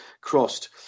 crossed